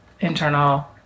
internal